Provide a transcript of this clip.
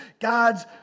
God's